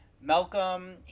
Malcolm